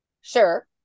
Sure